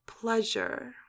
pleasure